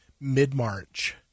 Mid-March